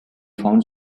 found